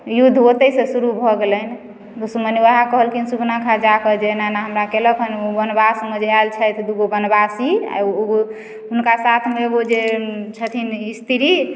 युद्ध ओतयसँ शुरू भऽ गेलनि दुश्मनि वएह कहलखिन सुर्पनखा जाकऽ जे एना एना हमरा कयलक हन ओ वनवासमे जे आयल छथि दू गो वनवासी आओर एगो हुनका साथमे एगो जे छथिन स्त्री